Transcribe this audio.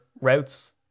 routes